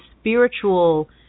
spiritual